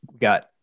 got